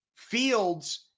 Fields